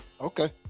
Okay